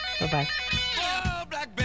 Bye-bye